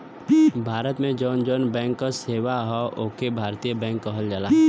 भारत में जौन जौन बैंक क सेवा हौ ओके भारतीय बैंक कहल जाला